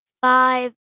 Five